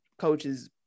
coaches